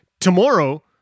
Tomorrow